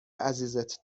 عزیزت